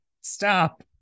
stop